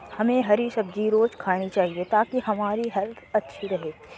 हमे हरी सब्जी रोज़ खानी चाहिए ताकि हमारी हेल्थ अच्छी रहे